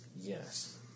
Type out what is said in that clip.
yes